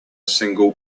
single